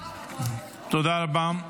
תודה רבה.